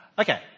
Okay